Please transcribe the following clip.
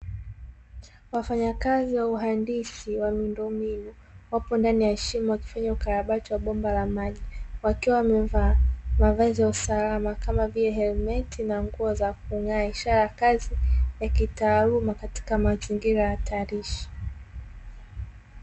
Wafanyakazi wa uhandisi wa miundombinu wapo ndani ya shimo wakifanya ukarabaki wa bomba la maji, wakiwa wamevaa mavazi ya usalama kama vile helmeti na nguo za kung'aa ishara ya kazi ya kitaaluma katika mazingira hatarishi.